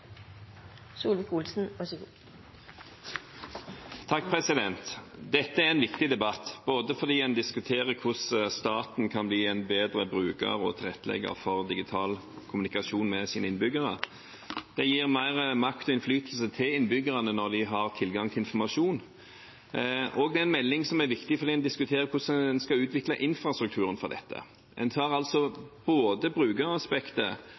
denne tilskuddsposten. Så får vi se om de gjør det når vi kanskje en gang får et budsjett for 2017 i havn. Dette er en viktig debatt fordi man diskuterer hvordan staten kan bli en bedre bruker av og tilrettelegger for digital kommunikasjon med sine innbyggere. Det gir mer makt og innflytelse til innbyggerne når de har tilgang til informasjon. Og det er en melding som er viktig fordi den diskuterer hvordan man skal utvikle infrastrukturen for